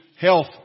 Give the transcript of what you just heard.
health